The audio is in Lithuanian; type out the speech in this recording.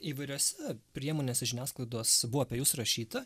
įvairiose priemonėse žiniasklaidos buvo apie jus rašyta